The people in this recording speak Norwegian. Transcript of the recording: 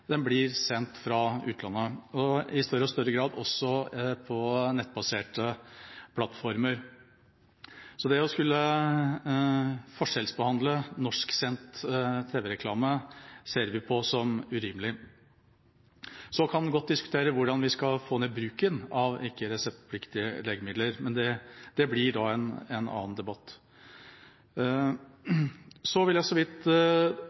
den blir sendt fra utlandet, og i større og større grad også på nettbaserte plattformer. Så det å skulle forskjellsbehandle norsksendt tv-reklame ser vi på som urimelig. Så kan vi godt diskutere hvordan vi skal få ned bruken av ikke-reseptpliktige legemidler, men det blir en annen debatt. Så vil jeg så vidt